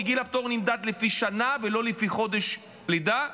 כי גיל הפטור נמדד לפי שנה ולא לפי חודש לידה,